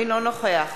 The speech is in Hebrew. אינו נוכח